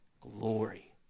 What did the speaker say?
glory